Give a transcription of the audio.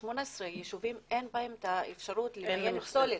וב-18 ישובים אין אפשרות לאסוף פסולת.